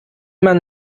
man